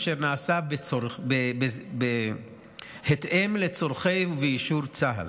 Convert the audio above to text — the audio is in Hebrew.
אשר נעשה בהתאם לצורכי צה"ל ובאישור צה"ל.